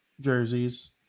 jerseys